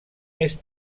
més